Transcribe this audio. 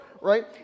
right